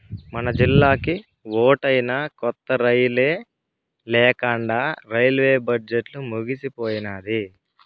మనజిల్లాకి ఓటైనా కొత్త రైలే లేకండా రైల్వే బడ్జెట్లు ముగిసిపోయినాది